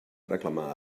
reclamar